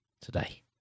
today